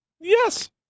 Yes